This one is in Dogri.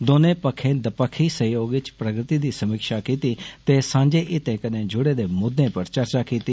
दौने पक्खे दपक्खी सहयोग च प्रगति दी समीक्षा कीती ते सांझे हितें कन्नै जुड़े दे मुद्दें उप्पर चर्चा कीती